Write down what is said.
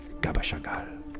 Gabashagal